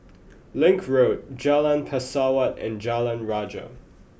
Link Road Jalan Pesawat and Jalan Rajah